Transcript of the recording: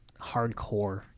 hardcore